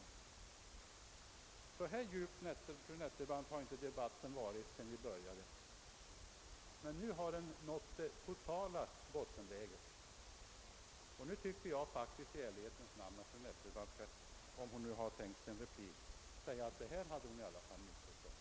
På så här låg nivå har inte debatten stått sedan vi började den, fru Nettelbrandt; nu har den nått det verkliga bottenläget. Jag tycker att fru Nettelbrandt, om hon nu tänkt sig en replik, i ärlighetens namn skall medge att hon missförstått detta.